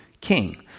king